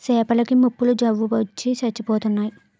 సేపల కి మొప్పల జబ్బొచ్చి సచ్చిపోయినాయి